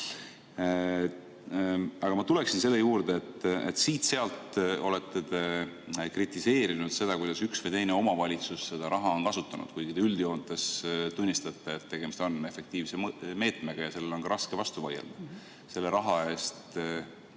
Aga ma tuleksin selle juurde, et te olete veidi kritiseerinud seda, kuidas üks või teine omavalitsus seda raha on kasutanud, kuigi te üldjoontes tunnistate, et tegemist on efektiivse meetmega. Ja sellele on ka raske vastu vaielda. Selle raha eest